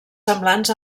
semblants